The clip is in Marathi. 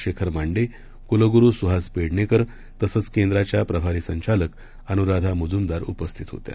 शेखरमांडे कुलगुरूसुहासपेडणेकर तसंचकेंद्राच्याप्रभारीसंचालकअनुराधामुजूमदारउपस्थितहोत्या